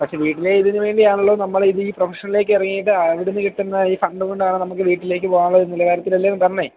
പക്ഷേ വീട്ടിലെ ഇതിനു വേണ്ടിയാണല്ലോ നമ്മൾ ഇന്നീ പ്രൊഫഷനിലേക്ക് ഇറങ്ങിയിട്ട് അവിടുന്ന് കിട്ടുന്ന ഈ ഫണ്ടും കൊണ്ടാണല്ലോ നമ്മുടെ വീട്ടിലേക്ക് പോകാനുള്ള ഒരു നിലവാരത്തിലല്ലേ വന്നത്